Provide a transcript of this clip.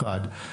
אחת.